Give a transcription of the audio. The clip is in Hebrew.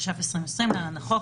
התש"ף-2020 (להלן- החוק),